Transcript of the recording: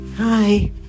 Hi